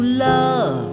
love